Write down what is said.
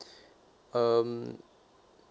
um